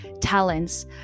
talents